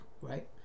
Right